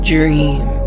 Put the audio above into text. Dream